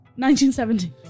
1970